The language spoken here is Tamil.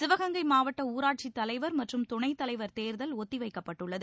சிவகங்கை மாவட்ட ஊராட்சித் தலைவர் மற்றும் துணைத் தலைவர் தேர்தல் ஒத்தி வைக்கப்பட்டுள்ளது